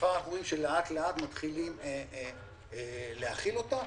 וכבר אנחנו רואים שלאט לאט מתחילים להחיל אותה.